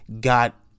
got